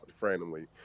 randomly